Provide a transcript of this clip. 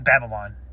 Babylon